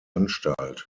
anstalt